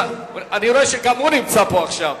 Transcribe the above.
אני רואה שגם הוא נמצא פה עכשיו,